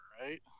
right